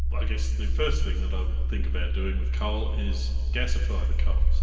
but i guess the first thing that i would think about doing with coal is gasify the coal. so